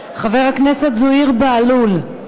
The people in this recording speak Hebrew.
חבר הכנסת זוהיר בהלול,